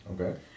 Okay